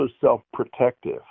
self-protective